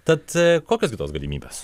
tad kokios gi tos galimybės